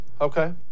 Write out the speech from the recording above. Okay